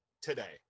today